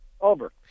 Over